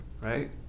right